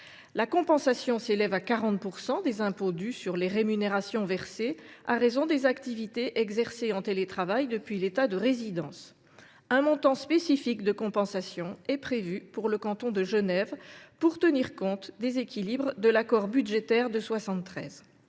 Celle ci s’élève à 40 % des impôts dus sur les rémunérations versées à raison des activités exercées en télétravail depuis l’État de résidence. Un montant spécifique de compensation est prévu pour le canton de Genève afin de tenir compte des équilibres de l’accord budgétaire de 1973.